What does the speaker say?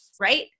right